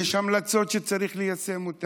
יש המלצות שצריך ליישם אותן,